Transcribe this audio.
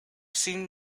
seen